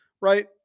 right